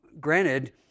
granted